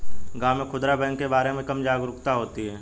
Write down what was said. गांव में खूदरा बैंक के बारे में कम जागरूकता होती है